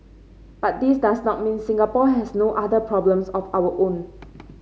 but this does not mean Singapore has no other problems of our own